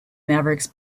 mavericks